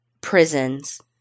prisons